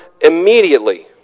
immediately